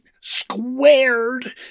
squared